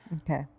Okay